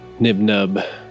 Nibnub